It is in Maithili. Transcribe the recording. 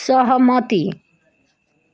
सहमति